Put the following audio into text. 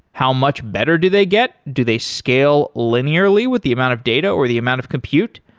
how much better do they get? do they scale linearly with the amount of data, or the amount of compute?